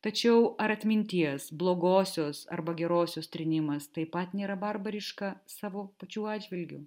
tačiau ar atminties blogosios arba gerosios trynimas taip pat nėra barbariška savo pačių atžvilgiu